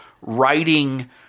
writing